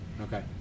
Okay